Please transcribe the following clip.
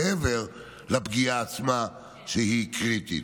מעבר לפגיעה עצמה שהיא קריטית.